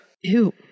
Ew